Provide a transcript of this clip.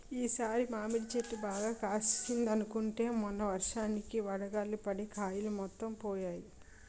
ఈ సారి మాడి చెట్టు బాగా కాసిందనుకుంటే మొన్న వర్షానికి వడగళ్ళు పడి కాయలు మొత్తం పోనాయి